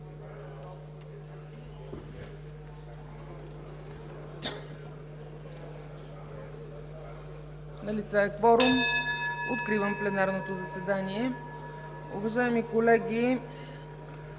Налице е кворум. (Звъни.) Откривам пленарното заседание. Уважаеми колеги,